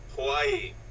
Hawaii